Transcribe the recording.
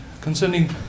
concerning